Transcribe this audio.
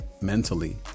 mentally